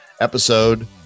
episode